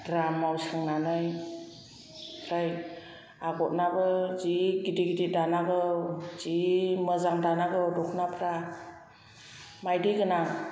ग्रामाव सोंनानै ओमफ्राय आगरआबो जि गिदिर गिदिर दानांगौ जि मोजां दानांगौ दख'नापोरा मायदि गोनां